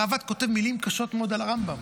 הראב"ד כתב מילים קשות מאוד על הרמב"ם,